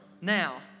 now